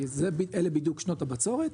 אלה בדיוק שנות הבצורת,